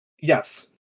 Yes